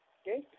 okay